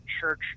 church